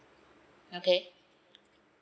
okay